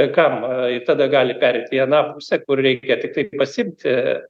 kam ir tada gali pereit į aną pusę kur reikia tiktai pasiimti